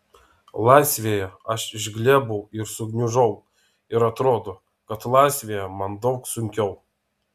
laisvėje aš išglebau ir sugniužau ir atrodo kad laisvėje man daug sunkiau